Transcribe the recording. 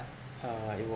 uh it